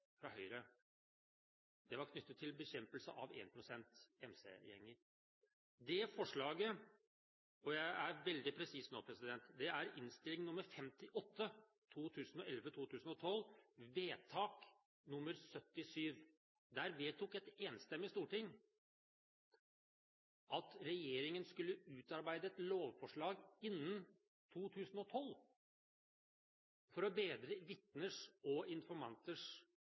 fra Høyre. Det var knyttet til bekjempelse av 1 pst.-MC-gjenger. Dette forslaget, og jeg er veldig presis nå, kom i Innst. 58 S for 2011–2012, vedtak nr. 77. Der vedtok et enstemmig storting at regjeringen skulle utarbeide et lovforslag innen 2012 for å bedre vitners og informanters